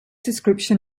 description